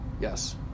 Yes